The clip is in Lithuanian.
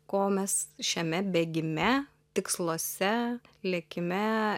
ko mes šiame bėgime tiksluose lėkime